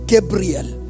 Gabriel